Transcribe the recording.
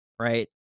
right